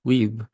Weeb